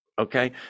okay